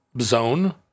zone